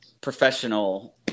professional